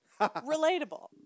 Relatable